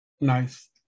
Nice